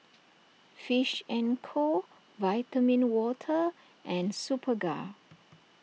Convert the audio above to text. Fish and Co Vitamin Water and Superga